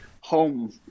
home